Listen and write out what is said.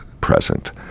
present